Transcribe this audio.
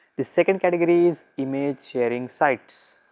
the second category is image sharing sites.